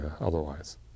otherwise